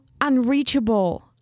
unreachable